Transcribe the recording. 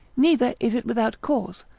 neither is it without cause,